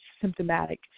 symptomatic